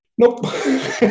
Nope